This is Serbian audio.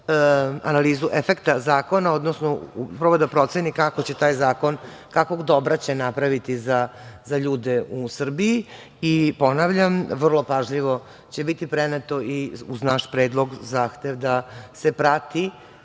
analizu efekta, zakona odnosno upravo da proceni kako će taj zakon, kakvog dobra će napraviti za ljude u Srbiji, i ponavljam vrlo pažljivo će biti preneto i uz naš predlog zahtev da se prati